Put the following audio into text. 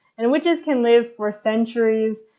and witches can live for centuries,